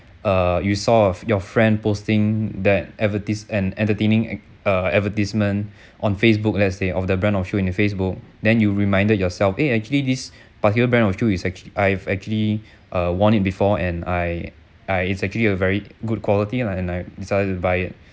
err you saw your fr~ your friend posting that advertise and entertaining uh advertisement on facebook let say of the brand of shoes in your facebook then you reminded yourself eh actually this particular brand of shoes is actually I've actually err worn it before and I I it's actually a very good quality lah and I decided to buy it